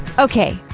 okay,